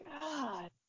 God